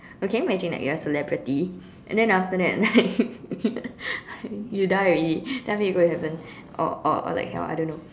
or can you imagine like you are celebrity and then after that like you die already then after that you go to heaven or or like hell I don't know